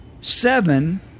seven